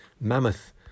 mammoth